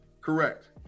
correct